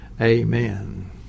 Amen